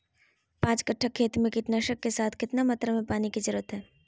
पांच कट्ठा खेत में कीटनाशक के साथ कितना मात्रा में पानी के जरूरत है?